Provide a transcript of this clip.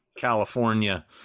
california